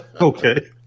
Okay